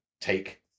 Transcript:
take